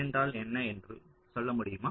என்றால் என்ன என்று சொல்ல முடியுமா